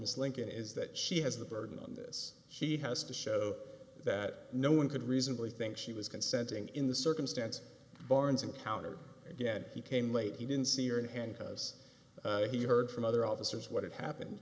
ms lincoln is that she has the burden on this she has to show that no one could reasonably think she was consenting in this circumstance barnes encountered again he came late he didn't see her in handcuffs he heard from other officers what happened